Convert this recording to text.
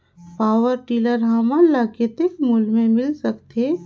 Power tiller हमन ल कतेक मूल्य मे मिल सकथे?